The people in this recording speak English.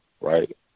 right